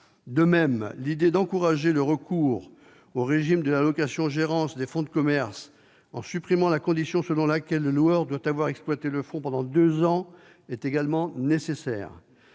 est nécessaire d'encourager le recours au régime de la location-gérance des fonds de commerce en supprimant la condition selon laquelle le loueur doit avoir exploité le fonds pendant deux ans. S'agissant des